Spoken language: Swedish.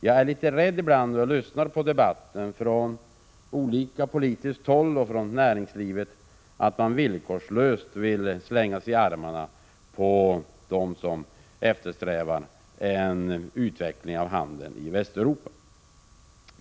Jag är litet rädd, när jag lyssnar på den politiska debatten från olika håll och från näringslivet, att man villkorslöst vill slänga sigi armarna på dem som eftersträvar en utveckling av handeln i Västeuropa.